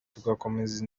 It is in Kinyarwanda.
tugakomeza